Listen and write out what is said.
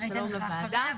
שלום לוועדה.